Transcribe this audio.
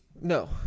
No